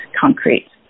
concrete